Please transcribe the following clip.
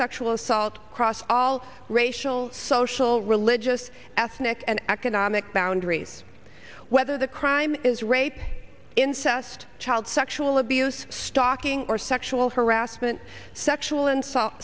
sexual assault across all racial social religious ethnic and economic boundaries whether the crime is rape incest child sexual abuse stalking or sexual harassment sexual